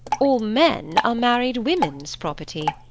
all men are married women's property.